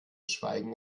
schweigen